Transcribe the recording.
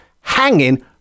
hanging